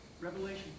Revelation